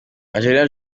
angelina